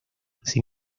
sin